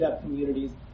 communities